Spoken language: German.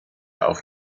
auf